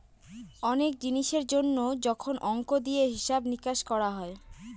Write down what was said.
অনেক জিনিসের জন্য যখন অংক দিয়ে হিসাব নিকাশ করা হয়